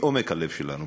מעומק הלב שלנו.